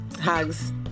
hugs